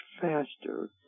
faster